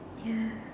ya